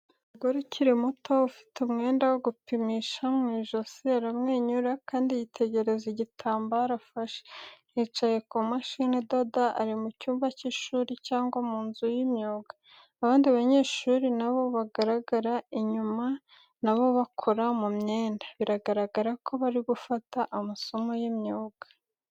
Umugore ukiri muto ufite umwenda wo gupimisha mu ijosi aramwenyura, kandi yitegereza igitambaro afashe, yicaye ku mashini idoda. Ari mu cyumba cy'ishuri cyangwa mu nzu y'imyuga, abandi banyeshuri na bo bagaragara inyuma, na bo bakora mu myenda. Bigaragara ko bari gufata amasomo y'imyuga.